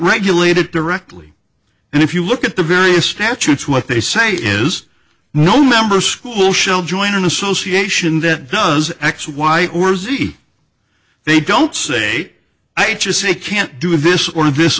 regulate it directly and if you look at the various statutes what they say is no member school show join an association that does x y or z they don't say i just say can't do this or this